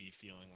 feeling